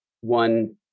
one